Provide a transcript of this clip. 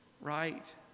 Right